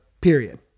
Period